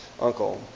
uncle